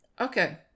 Okay